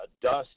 dust